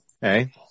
hey